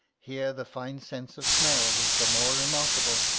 here the fine sense of smelling was the more remarkable,